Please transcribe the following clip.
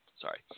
sorry